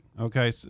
okay